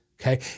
Okay